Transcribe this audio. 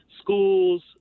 schools